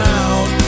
out